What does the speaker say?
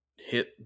hit